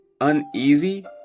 uneasy